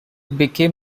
became